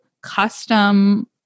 custom